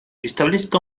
establezca